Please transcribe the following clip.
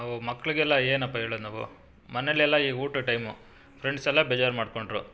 ನಾವು ಮಕ್ಕಳಿಗೆಲ್ಲ ಏನಪ್ಪ ಹೇಳೋದು ನಾವು ಮನೇಲೆಲ್ಲ ಈಗ ಊಟದ್ ಟೈಮು ಫ್ರೆಂಡ್ಸೆಲ್ಲ ಬೇಜಾರು ಮಾಡಿಕೊಂಡ್ರು